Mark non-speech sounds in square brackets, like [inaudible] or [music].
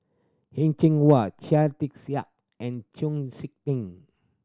Heng Cheng Hwa Chia Tee [unintelligible] and Chong Sik Ting